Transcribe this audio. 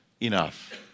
enough